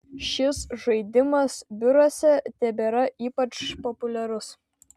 šis žaidimas biuruose tebėra ypač populiarus